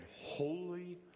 holy